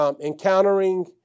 encountering